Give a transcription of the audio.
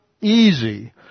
easy